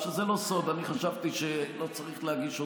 זה לא סוד, אני חשבתי שלא צריך להגיש אותה.